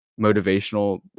motivational